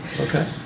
Okay